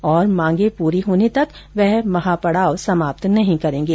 और मांगे पूरी होने तक वह महापड़ाव समाप्त नहीं करेंगे